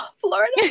Florida